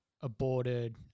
aborted